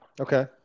Okay